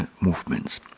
movements